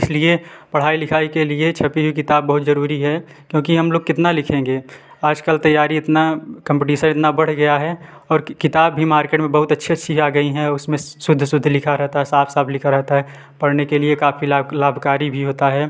इसलिए पढ़ाई लिखाई के लिए छपी हुई किताब बहुत जरूरी है क्योंकि हम लोग कितना लिखेंगे आजकल तैयारी इतना कम्पटीसन इतना बढ़ गया है और किताब भी मार्केट में बहुत अच्छी अच्छी आ गई हैं उसमें शुद्ध शुद्ध लिखा रहता है साफ साफ लिखा रहता है पढ़ने के लिए काफ़ी लाभ लाभकारी भी होता है